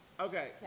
Okay